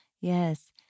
Yes